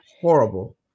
horrible